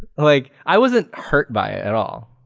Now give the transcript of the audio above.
like, i wasn't hurt by it at all.